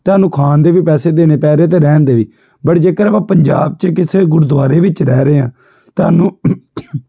ਤੁਹਾਨੂੰ ਖਾਣ ਦੇ ਵੀ ਪੈਸੇ ਦੇਣੇ ਪੈ ਰਹੇ ਅਤੇ ਰਹਿਣ ਦੇ ਵੀ ਬਟ ਜੇਕਰ ਆਪਾਂ ਪੰਜਾਬ 'ਚ ਕਿਸੇ ਗੁਰਦੁਆਰੇ ਵਿੱਚ ਰਹਿ ਰਹੇ ਹਾਂ ਤੁਹਾਨੂੰ